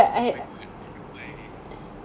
oh my god wonder why